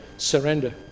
Surrender